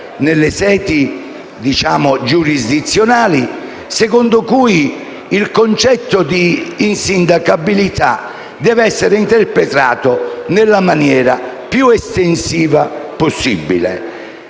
nelle sedi giurisdizionali, secondo cui il concetto di insindacabilità deve essere interpretato nella maniera più estensiva possibile.